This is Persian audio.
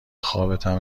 خوابتم